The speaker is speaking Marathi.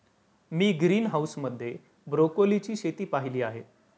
मी ग्रीनहाऊस मध्ये ब्रोकोलीची शेती पाहीली आहे